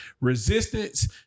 resistance